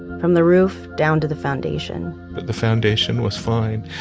from the roof down to the foundation but the foundation was fine.